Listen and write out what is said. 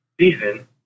season